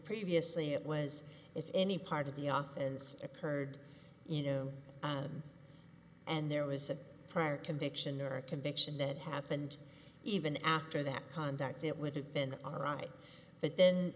previously it was if any part of the office occurred you know and there was a prior conviction or a conviction that happened even after that contact it would have been alright but then